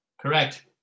Correct